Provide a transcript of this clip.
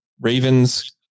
Ravens